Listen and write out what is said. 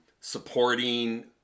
supporting